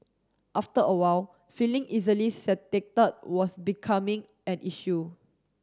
after a while feeling easily satiated was becoming an issue